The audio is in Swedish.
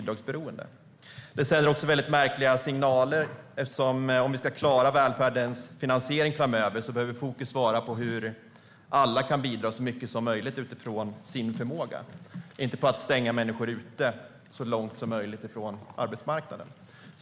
Det sänder också väldigt märkliga signaler. Om vi ska klara välfärdens finansiering framöver behöver fokus vara på hur alla kan bidra så mycket som möjligt utifrån sin förmåga. Fokus bör inte vara på att stänga människor ute så långt som möjligt från arbetsmarknaden.